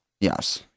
Yes